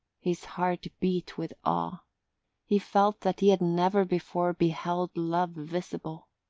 his heart beat with awe he felt that he had never before beheld love visible.